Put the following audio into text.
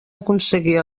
aconseguir